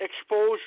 exposure